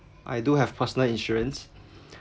I do have personal insurance